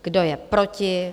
Kdo je proti?